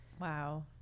wow